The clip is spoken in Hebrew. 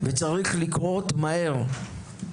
וזה צריך לקרות מהר.